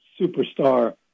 superstar